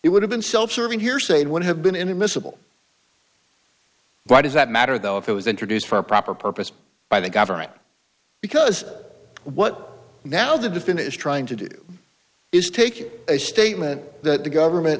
it would have been self serving hearsay and would have been inadmissible why does that matter though if it was introduced for a proper purpose by the government because what now the definitive trying to do is take a statement that the government